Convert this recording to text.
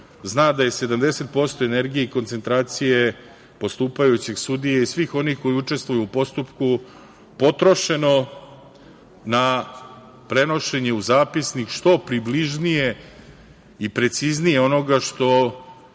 zna da je 70% energije i koncentracije postupajućeg sudije i svih onih koji učestvuju u postupku, potrošeno na prenošenje u zapisnik što približnije i preciznije onoga što